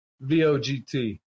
V-O-G-T